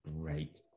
great